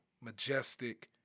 majestic